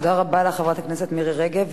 תודה רבה לך, חברת הכנסת מירי רגב.